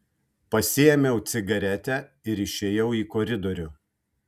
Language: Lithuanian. pasiėmiau cigaretę ir išėjau į koridorių